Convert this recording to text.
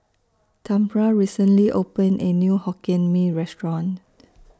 Tamra recently opened A New Hokkien Mee Restaurant